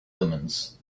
omens